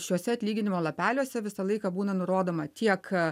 šiuose atlyginimo lapeliuose visą laiką būna nurodoma tiek